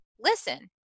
listen